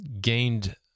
gained